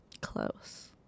Close